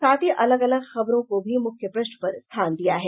साथ ही अलग अलग खबरों को भी मुख्य पृष्ठ पर स्थान दिया है